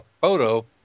photo